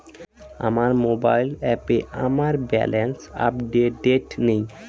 আমার মোবাইল অ্যাপে আমার ব্যালেন্স আপডেটেড নেই